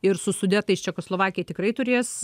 ir su sudėtais čekoslovakija tikrai turės